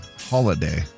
Holiday